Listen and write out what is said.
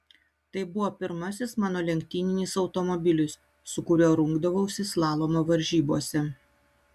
tai buvo pirmasis mano lenktyninis automobilis su kuriuo rungdavausi slalomo varžybose